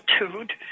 attitude